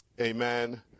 amen